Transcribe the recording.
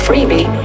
Freebie